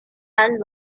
and